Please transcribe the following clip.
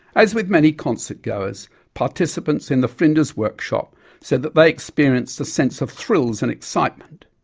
as with many concert goers, participants in the flinders workshop said that they experienced a sense of thrills and excitement,